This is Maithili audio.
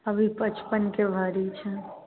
अभी पचपनके भरि छै